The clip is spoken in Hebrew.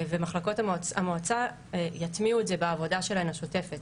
ומחלקות המועצה יטמיעו את זה בעבודה שלהן השוטפת.